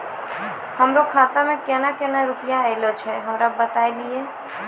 हमरो खाता मे केना केना रुपैया ऐलो छै? हमरा बताय लियै?